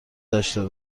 داشته